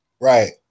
Right